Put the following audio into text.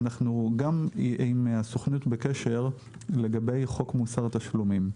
אנחנו בקשר גם הסוכנות לגבי חוק מוסר תשלומים.